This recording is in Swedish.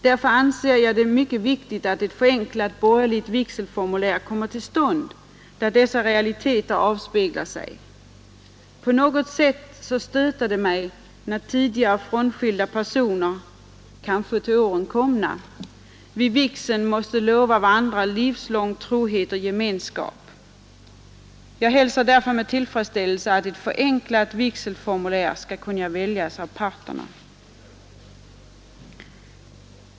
Därför anser jag att det är mycket viktigt att ett förenklat borgerligt vigselformulär kommer till stånd, där dessa realiteter avspeglar sig. På något sätt stöter det mig när tidigare frånskilda personer — kanske till åren komna — vid vigseln måste lova varandra livslång trohet och gemenskap. Jag hälsar därför med tillfredsställelse att ett förenklat vigselformulär skall kunna väljas av parterna.